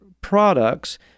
products